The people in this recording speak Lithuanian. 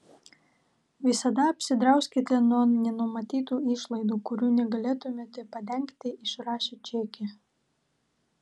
visada apsidrauskite nuo nenumatytų išlaidų kurių negalėtumėte padengti išrašę čekį